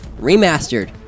remastered